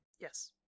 Yes